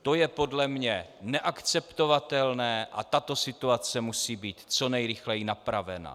To je podle mne neakceptovatelné a tato situace musí být co nejrychleji napravena.